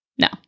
no